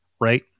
right